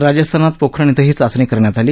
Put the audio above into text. राजस्थानात पोखरण इथं ही चाचणी करण्यात आली